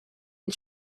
and